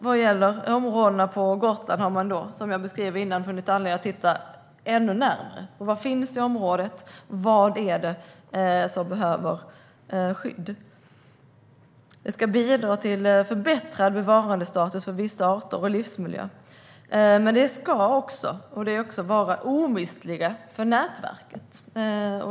Vad gäller områdena på Gotland, som jag beskrev tidigare, har man funnit anledning att titta ännu närmare på vad som finns i området och vad som behöver skydd. Det ska bidra till förbättrad bevarandestatus för vissa arter och livsmiljö, som dock också ska vara omistliga för nätverket.